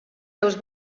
seus